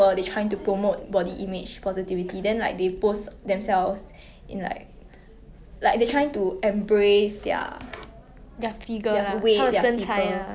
but I don't like it when like you know that 有些人 like 他们很 curvy then they body shame people who are like not so curvy cause I have friends who are maybe